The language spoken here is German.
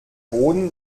boden